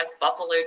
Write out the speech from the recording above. Buffalo